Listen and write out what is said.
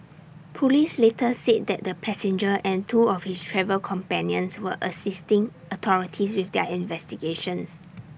Police later said that the passenger and two of his travel companions were assisting authorities with their investigations